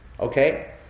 Okay